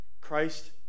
Christ